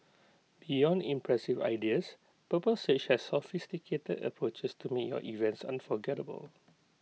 beyond impressive ideas purple sage has sophisticated approaches to make your events unforgettable